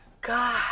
God